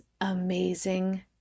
amazing